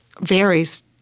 varies